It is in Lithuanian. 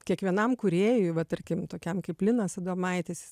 kiekvienam kūrėjui va tarkim tokiam kaip linas adomaitis